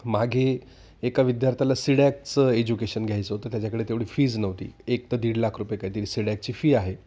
मागे एका विद्यार्थ्याला सिडॅकचं एज्युकेशन घ्यायचं होतं त्याच्याकडे तेवढी फीज नव्हती एक ते दीड लाख रुपये काहीतरी सिडॅकची फी आहे